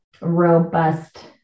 robust